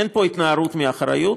אין פה התנערות מאחריות,